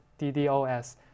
DDOS